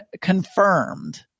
confirmed